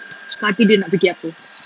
suka hati dia nak fikir apa